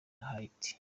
haiti